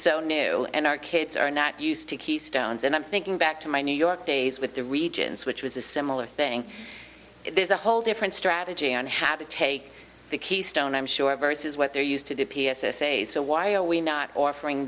so new and our kids are not used to keystones and i'm thinking back to my new york days with the regions which was a similar thing there's a whole different strategy on how to take the keystone i'm sure versus what they're used to the p s s a's so why are we not offering